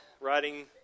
riding